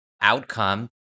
outcome